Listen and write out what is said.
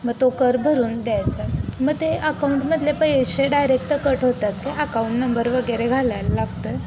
मग तो कर भरून द्यायचा मग ते अकाऊंटमधले पैसे डायरेक्ट कट होतात का अकाऊंट नंबर वगैरे घालायला लागतो आहे